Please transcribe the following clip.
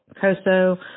COSO